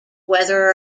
whether